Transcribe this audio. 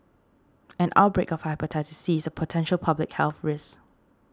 an outbreak of Hepatitis C is a potential public health risk